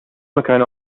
مكان